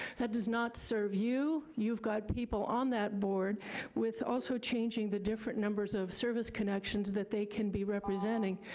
that does not serve you. you've got people on that board with also changing the different numbers of service connections that they can be representing.